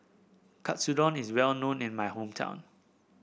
Katsudon is well known in my hometown